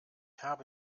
habe